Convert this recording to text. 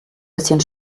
bisschen